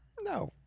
No